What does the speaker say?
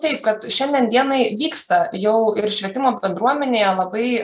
taip kad šiandien dienai vyksta jau ir švietimo bendruomenėje labai